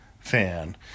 fan